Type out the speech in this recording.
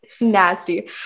nasty